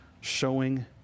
showing